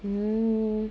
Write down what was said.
mm